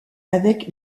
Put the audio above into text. avec